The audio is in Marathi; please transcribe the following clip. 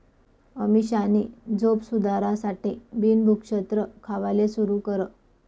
अमीषानी झोप सुधारासाठे बिन भुक्षत्र खावाले सुरू कर